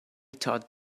taught